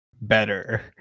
better